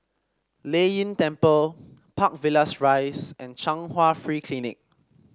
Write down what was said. Lei Yin Temple Park Villas Rise and Chung Hwa Free Clinic